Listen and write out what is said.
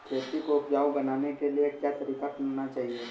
खेती को उपजाऊ बनाने के लिए क्या तरीका अपनाना चाहिए?